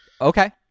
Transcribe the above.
Okay